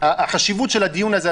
החשיבות של הדיון הזה,